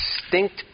distinct